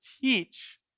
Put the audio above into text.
teach